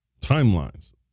Timelines